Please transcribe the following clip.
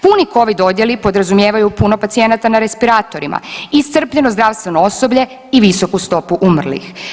Puni Covid odjeli podrazumijevaju puno pacijenata na respiratorima, iscrpljeno zdravstveno osoblje i visoku stopu umrlih.